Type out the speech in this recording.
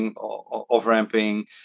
off-ramping